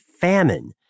famine